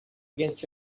against